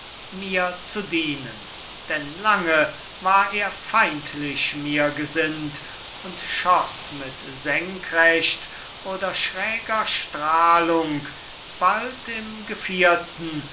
mir zu dienen denn lange war er feindlich mir gesinnt und schoß mit senkrecht oder schräger strahlung bald im gevierten